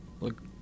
look